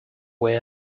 way